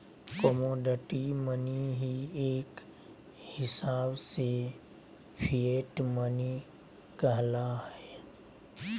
commodity money ही एक हिसाब से फिएट मनी कहला हय